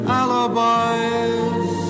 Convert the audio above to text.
alibis